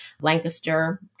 Lancaster